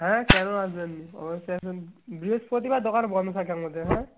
হ্যাঁ কেন আসবেন না অবশ্যই আসবেন বৃহস্পতিবার দোকান বন্ধ থাকে আমাদের হ্যাঁ